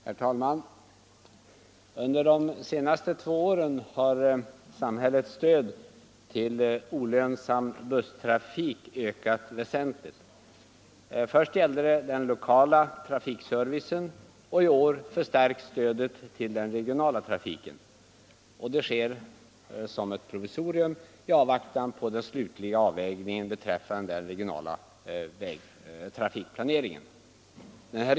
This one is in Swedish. Herr talman! Under de senaste två åren har samhällets stöd till olönsam busstrafik ökat väsentligt. Först gällde det den lokala trafikservicen, och i år förstärks stödet till den regionala trafiken. Detta sker som provisorium i avvaktan på den slutliga avvägningen beträffande den regionala trafikplaneringen.